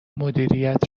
مدیریت